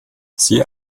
sie